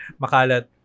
makalat